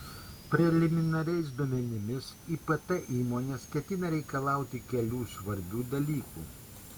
preliminariais duomenimis ipt įmonės ketina reikalauti kelių svarbių dalykų